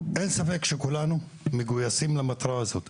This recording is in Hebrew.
אין ספק שכולנו מגויסים למטרה הזאת,